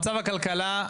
מצב הכלכלה,